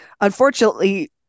unfortunately